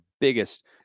biggest